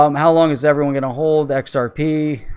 um how long as everyone and hold excerpt e,